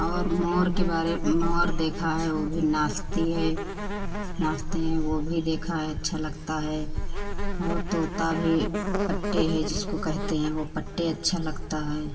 और मोर के बारे मोर देखा है वह भी नाचती है नाचते हैं वह भी देखा है अच्छा लगता है और तोता भी पट्टे हैं जिसको कहते हैं वह पट्टे अच्छा लगता है